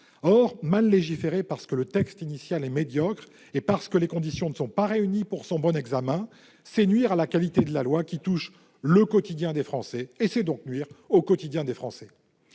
Or mal légiférer parce que le texte initial est médiocre et parce que les conditions ne sont pas réunies pour son bon examen, c'est nuire à la qualité de la loi, qui touche le quotidien des Français ; donc c'est nuire au quotidien des Français.